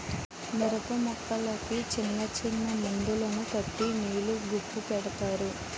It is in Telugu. మిరపమొక్కలకి సిన్నసిన్న మందులను కట్టి నీరు గొప్పు పెడతారు